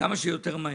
כמה שיותר מהר.